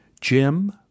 Jim